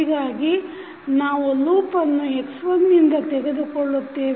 ಹೀಗಾಗಿ ನಾವು ಲೂಪನ್ನು x1 ನಿಂದ ತೆಗೆದುಕೊಳ್ಳುತ್ತೇವೆ